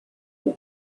will